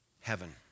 heaven